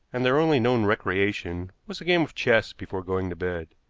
and their only known recreation was a game of chess before going to bed.